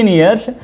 years